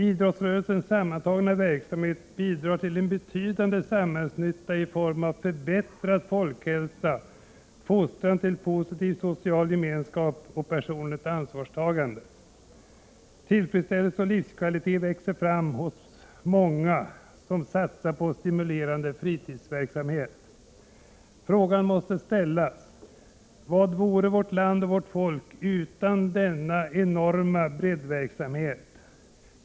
Idrottsrörelsens sammantagna verksamhet bidrar till en betydande samhällsnytta i form av förbättrad folkhälsa, fostran till positiv social gemenskap och personligt ansvarstagande. Tillfredsställelse och livskvalitet växer fram hos många som satsar på stimulerande fritidsverksamhet. Frågan måste ställas: Vad vore vårt land och vårt folk utan denna enorma breddverksamhet?